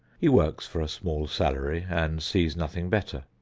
he works for a small salary and sees nothing better.